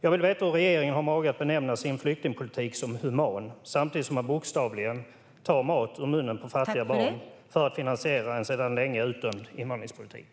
Jag vill veta hur regeringen har mage att benämna sin flyktingpolitik human samtidigt som man bokstavligen tar mat ur munnen på fattiga barn för att finansiera en sedan länge utdömd invandringspolitik.